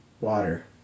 water